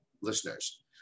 listeners